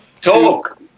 Talk